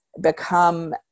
become